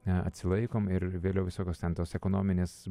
na atsilaikome ir vėliau visokios ten tos ekonominės